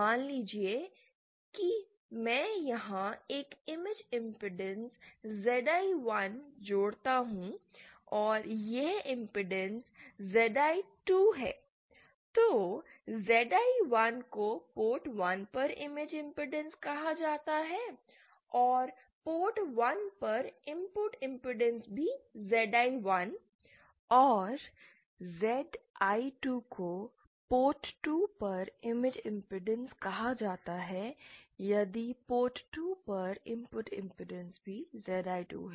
मान लीजिए कि मैं यहां एक इमेज इमपेडेंस ZI1 जोड़ता हूं और यह इमपेडेंस ZI2 है तो ZI1 को पोर्ट 1 पर इमेज इमपेडेंस कहा जाता है और पोर्ट 1 पर इनपुट इमपेडेंस भी ZI1 और ZI2 को पोर्ट 2 पर इमेज इमपेडेंस कहा जाता है यदि पोर्ट 2 पर इनपुट इमपेडेंस भी ZI2 है